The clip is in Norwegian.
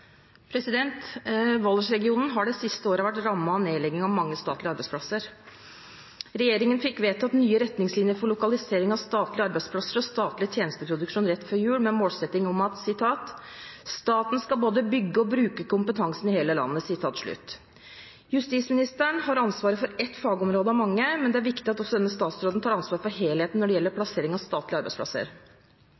har de siste årene vært rammet av nedlegging av mange statlige arbeidsplasser. Regjeringen fikk vedtatt nye retningslinjer for lokalisering av statlige arbeidsplasser og statlig tjenesteproduksjon rett for jul, med målsetting om at «staten skal både bygge og bruke kompetansen i hele landet.» Justisministeren har ansvaret for ett fagområde av mange, men det er viktig at også denne statsråden tar ansvar for helheten når det gjelder plassering av statlige arbeidsplasser.